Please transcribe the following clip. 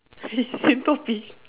same topic